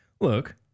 look